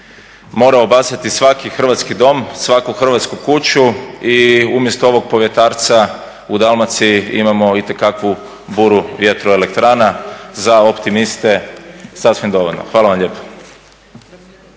mora obasjati svaki hrvatski dom, svaku hrvatsku kuću i umjesto ovog povjetarca u Dalmaciji imamo itekakvu buru vjetroelektrana za optimiste sasvim dovoljno. Hvala vam lijepo.